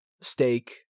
steak